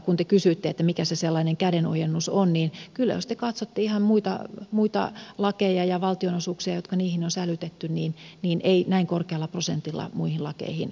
kun te kysyitte mikä se sellainen kädenojennus on niin kyllä jos te katsotte ihan muita lakeja ja valtionosuuksia jotka niihin on sälytetty niin ei näin korkealla prosentilla muihin lakeihin korvata